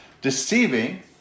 deceiving